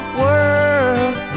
world